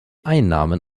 einnahmen